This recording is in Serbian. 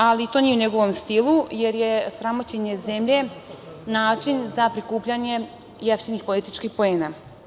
Ali, to nije u njegovom stilu, jer je sramoćenje zemlje način za prikupljanje jeftinih političkih poena.